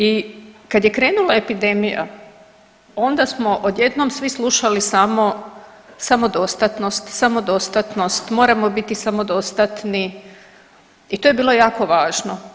I kad je krenula epidemija onda smo odjednom svi slušali samo samodostatnost, samodostatnost, moramo biti samodostatni i to je bilo jako važno.